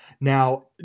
Now